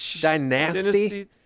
dynasty